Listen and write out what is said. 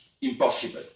impossible